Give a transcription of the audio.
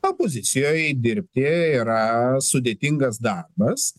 opozicijoj dirbti yra sudėtingas darbas